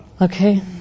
Okay